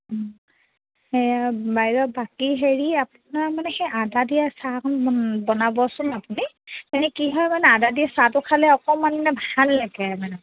সেয়া বাইদেউ বাকী হেৰি আপোনাৰ মানে সেই আদা দিয়া চাহ অকণ বন বনাবচোন আপুনি এনে কি হয় মানে আদা দিয়া চাহটো খালে অকণমান মানে ভাল লাগে মানে